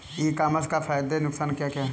ई commerce के फायदे या नुकसान क्या क्या हैं?